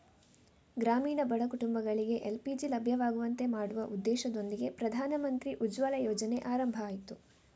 ಗ್ರಾಮೀಣ ಬಡ ಕುಟುಂಬಗಳಿಗೆ ಎಲ್.ಪಿ.ಜಿ ಲಭ್ಯವಾಗುವಂತೆ ಮಾಡುವ ಉದ್ದೇಶದೊಂದಿಗೆ ಪ್ರಧಾನಮಂತ್ರಿ ಉಜ್ವಲ ಯೋಜನೆ ಆರಂಭ ಆಯ್ತು